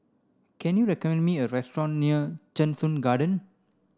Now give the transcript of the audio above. can you recommend me a restaurant near Cheng Soon Garden